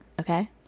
okay